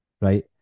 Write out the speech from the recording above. right